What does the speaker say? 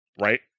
right